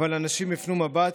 אבל אנשים הפנו מבט,